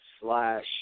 slash